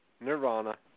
Nirvana